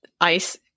ice